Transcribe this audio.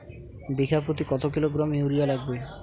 বিঘাপ্রতি কত kilogram urea লাগবে?